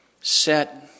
set